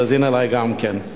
תאזין לי גם כן,